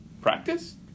practice